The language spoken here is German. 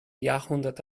jahrhundert